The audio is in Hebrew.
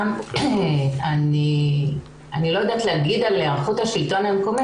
אני לא יודעת על היערכות השלטון המקומי,